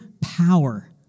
power